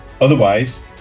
Otherwise